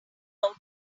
out